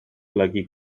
golygu